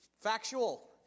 Factual